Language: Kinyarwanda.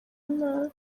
nabi